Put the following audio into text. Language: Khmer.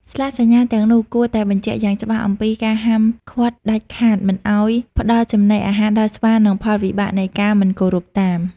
ស្លាកសញ្ញាទាំងនោះគួរតែបញ្ជាក់យ៉ាងច្បាស់អំពី ការហាមឃាត់ដាច់ខាតមិនឱ្យផ្តល់ចំណីអាហារដល់ស្វា និងផលវិបាកនៃការមិនគោរពតាម។